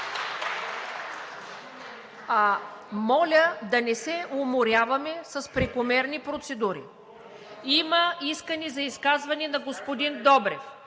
Моля да не се уморяваме с прекомерни процедури! Има искане за изказване на господин Добрев.